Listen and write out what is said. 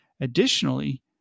Additionally